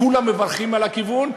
כולם מברכים על הכיוון.